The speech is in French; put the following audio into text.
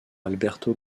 alberto